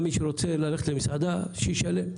רבה לענף זה, מי שרוצה ללכת למסעדה יכול גם לשלם.